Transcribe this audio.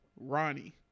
Ronnie